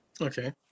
Okay